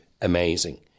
amazing